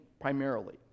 primarily